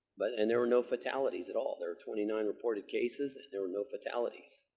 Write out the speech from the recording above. but and there were no fatalities at all, there were twenty nine reported cases and there were no fatalities.